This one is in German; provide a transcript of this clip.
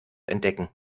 entdecken